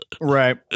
right